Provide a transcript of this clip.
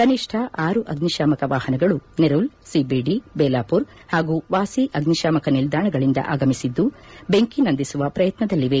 ಕನಿಷ್ಠ ಆರು ಅಗ್ನಿಶಾಮಕ ವಾಹನಗಳು ನೆರುಲ್ ಸಿಬಿಡಿ ಬೇಲಾಪುರ್ ಹಾಗೂ ವಾಸಿ ಅಗ್ನಿಶಾಮಕ ನಿಲ್ದಾಣಗಳಿಂದ ಆಗಮಿಸಿದ್ದು ಬೆಂಕಿ ನಂದಿಸುವ ಪ್ರಯತ್ನದಲ್ಲಿವೆ